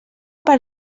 per